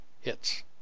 hits